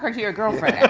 like to your girlfriend.